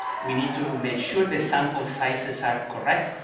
we need to make sure the sample sizes are correct,